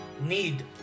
need